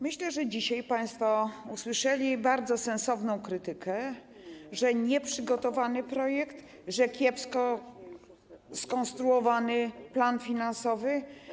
Myślę, że dzisiaj państwo usłyszeli bardzo sensowną krytykę, że nie jest przygotowany projekt, że kiepsko skonstruowany jest plan finansowy.